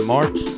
March